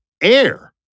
air